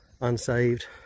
unsaved